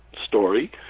story